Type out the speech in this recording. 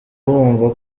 bumva